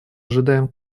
ожидаем